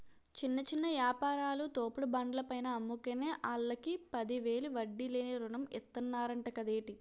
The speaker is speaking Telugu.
చిన్న చిన్న యాపారాలు, తోపుడు బండ్ల పైన అమ్ముకునే ఆల్లకి పదివేలు వడ్డీ లేని రుణం ఇతన్నరంట కదేటి